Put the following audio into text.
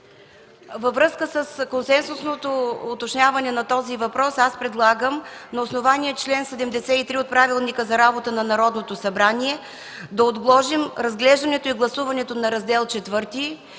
Във връзка с консенсусното уточняване на този въпрос предлагам на основание чл. 73 от Правилника за организацията и дейността на Народното събрание да отложим разглеждането и гласуването на Раздел ІV и